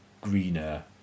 greener